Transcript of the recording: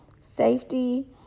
safety